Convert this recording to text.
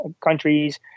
countries